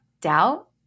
Doubt